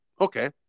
Okay